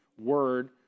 word